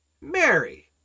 Mary